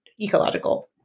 ecological